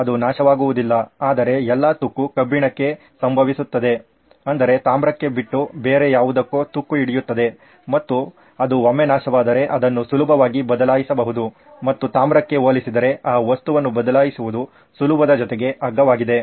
ಅದು ನಾಶವಾಗುವುದಿಲ್ಲ ಆದರೆ ಎಲ್ಲಾ ತುಕ್ಕು ಕಬ್ಬಿಣಕ್ಕೆ ಸಂಭವಿಸುತ್ತದೆ ಅಂದರೆ ತಾಮ್ರಕ್ಕೆ ಬಿಟ್ಟು ಬೇರೆ ಯಾವುದಕ್ಕೊ ತುಕ್ಕು ಹಿಡಿಯುತ್ತದೆ ಮತ್ತು ಅದು ಒಮ್ಮೆ ನಾಶವಾದ್ರೆ ಅದನ್ನು ಸುಲಭವಾಗಿ ಬದಲಾಯಿಸಬಹುದು ಮತ್ತು ತಾಮ್ರಕ್ಕೆ ಹೋಲಿಸಿದರೆ ಆ ವಸ್ತುವನ್ನು ಬದಲಿಸುವುದು ಸುಲಭದ ಜೊತೆಗೆ ಅಗ್ಗವಾಗಿದೆ